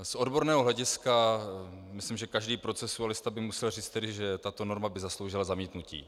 Z odborného hlediska myslím, že každý procesualista by musel říct, že tato norma by zasloužila zamítnutí.